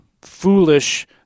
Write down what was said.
Foolish